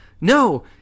No